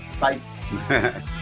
Bye